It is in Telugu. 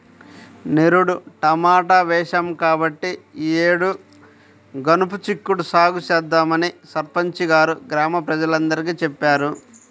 నిరుడు టమాటా వేశాం కాబట్టి ఈ యేడు గనుపు చిక్కుడు సాగు చేద్దామని సర్పంచి గారు గ్రామ ప్రజలందరికీ చెప్పారు